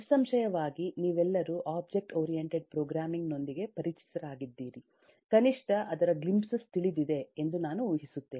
ನಿಸ್ಸಂಶಯವಾಗಿ ನೀವೆಲ್ಲರೂ object oriented programming ನೊಂದಿಗೆ ಪರಿಚಿತರಾಗಿದ್ದೀರಿ ಕನಿಷ್ಠ ಅದರ ಗ್ಲಿಂಪ್ಸಸ್ ತಿಳಿದಿದೆ ಎಂದು ನಾನು ಊಹಿಸುತ್ತೇನೆ